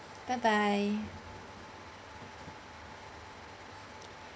bye bye